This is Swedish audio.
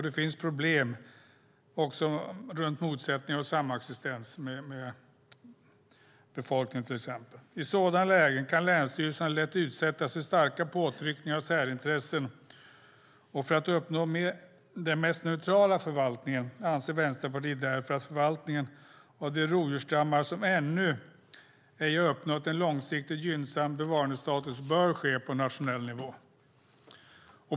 Det finns också problem med motsättningar och samexistens med bland annat befolkningen. I sådana lägen kan länsstyrelserna lätt utsättas för starka påtryckningar av särintressen. För att uppnå den mest neutrala förvaltningen anser Vänsterpartiet därför att förvaltningen av de rovdjursstammar som ännu inte har uppnått en långsiktig gynnsam bevarandestatus bör ske på nationell nivå.